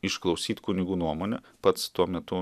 išklausyt kunigų nuomonę pats tuo metu